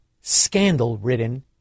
scandal-ridden